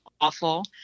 awful